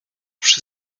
przy